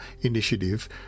initiative